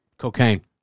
Cocaine